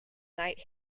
night